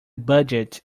budget